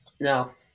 No